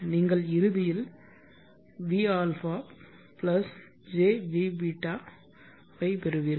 நீங்கள் இறுதியில் vα jvß ஐ பெறுவீர்கள்